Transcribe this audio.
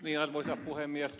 arvoisa puhemies